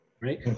right